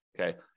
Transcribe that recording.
Okay